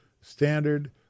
standard